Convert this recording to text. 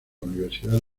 universidad